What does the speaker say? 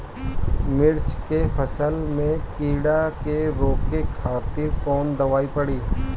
मिर्च के फसल में कीड़ा के रोके खातिर कौन दवाई पड़ी?